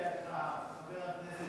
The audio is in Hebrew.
מאה אחוז.